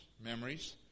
memories